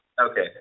Okay